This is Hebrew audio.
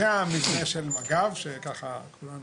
זה המבנה של מג"ב שככה כולם עוברים.